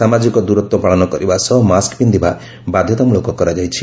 ସାମାଜିକ ଦୂରତ୍ ପାଳନ କରିବା ସହ ମାସ୍କ ପିକ୍ଷିବା ବାଧ୍ଘତାମୂଳକ କରାଯାଇଛି